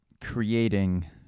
creating